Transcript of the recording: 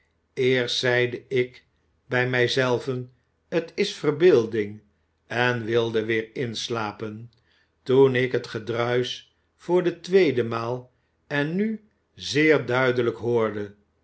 eerst zeide ik bij mij zelven t is verbeelding en wilde weer inslapen toen ik het gedruisch voor de tweede maal en nu zeer duidelijk hoorde